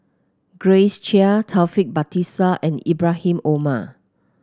Grace Chia Taufik Batisah and Ibrahim Omar